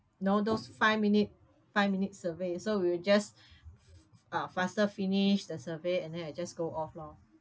you know those five minute five minute survey so we just uh faster finish the survey and then I just go off lor